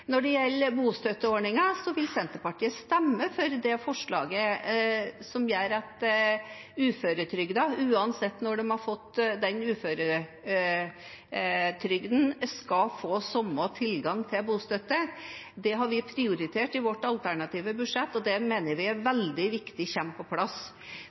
Når det gjelder bostøtteordningen, vil Senterpartiet stemme for det forslaget som gjør at uføretrygdede, uansett når de har fått uføretrygden, skal få samme tilgang til bostøtte. Det har vi prioritert i vårt alternative budsjett, og det mener vi er veldig viktig kommer på plass.